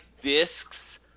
discs